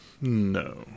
no